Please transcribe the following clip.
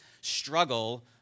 struggle